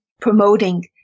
promoting